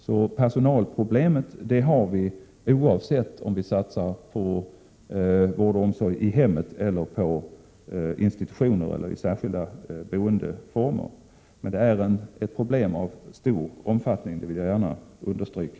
Så personalproblemet har vi oavsett om vi satsar på vård och omsorg i hemmet, på institutioner eller i särskilda boendeformer. Att detta är ett problem av stor omfattning vill jag gärna understryka.